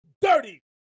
dirty